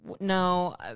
No